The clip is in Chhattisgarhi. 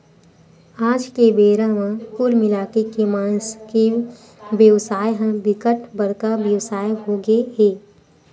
आज के बेरा म कुल मिलाके के मांस के बेवसाय ह बिकट बड़का बेवसाय होगे हे